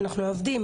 אנחנו עובדים,